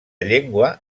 llengua